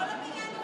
לא למניין אלא